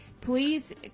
Please